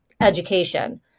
education